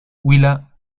huila